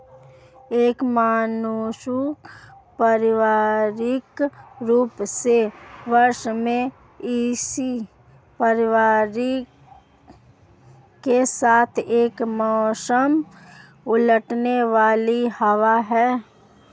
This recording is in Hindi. एक मानसून पारंपरिक रूप से वर्षा में इसी परिवर्तन के साथ एक मौसमी उलटने वाली हवा है